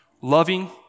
loving